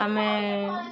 ଆମେ